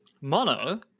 Mono